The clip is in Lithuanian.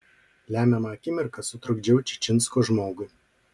lemiamą akimirką sutrukdžiau čičinsko žmogui